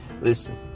Listen